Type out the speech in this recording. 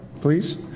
please